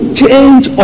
change